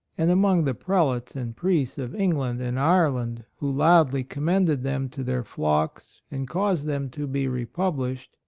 and among the prelates and priests of england and ireland who loudly commended them to their flocks and caused them to be republished,